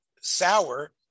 sour